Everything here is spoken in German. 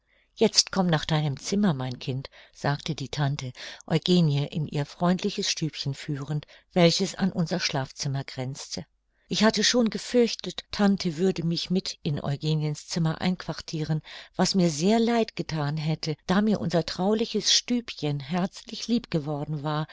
jetzt komm nach deinem zimmer mein kind sagte die tante eugenie in ihr freundliches stübchen führend welches an unser schlafzimmer grenzte ich hatte schon gefürchtet tante würde mich mit in eugeniens zimmer einquartiren was mir sehr leid gethan hätte da mir unser trauliches stübchen herzlich lieb geworden war